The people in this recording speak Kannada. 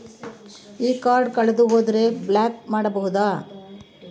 ಈ ಕಾರ್ಡ್ ಕಳೆದು ಹೋದರೆ ಬ್ಲಾಕ್ ಮಾಡಬಹುದು?